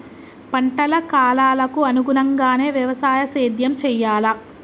పంటల కాలాలకు అనుగుణంగానే వ్యవసాయ సేద్యం చెయ్యాలా?